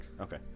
Okay